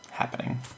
happening